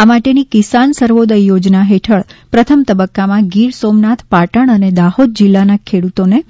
આ માટેની કિસાન સર્વોદય યોજના હેઠળ પ્રથમ તબક્કામાં ગીર સોમનાથ પાટણ અને દાહોદ જિલ્લાના ખેડૂતોને